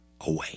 away